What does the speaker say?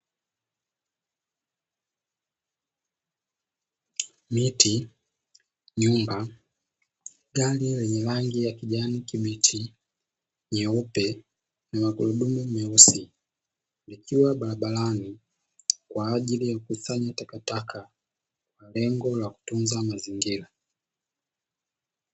Miti nyumba gari lenye rangi ya kijani kibichi nyeupe na magurudumu meusi, likiwa barabarani kwa ajili ya kukusanya takataka kwa lengo la kutunza mazingira.